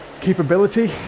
capability